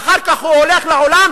ואחר כך הוא הולך לעולם: